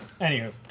Anywho